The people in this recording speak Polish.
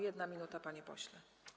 1 minuta, panie pośle.